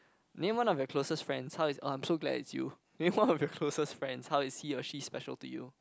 name one of your closest friends how is I'm so glad it's you name one of your closest friends how is he or she special to you